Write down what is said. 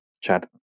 chat